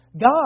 God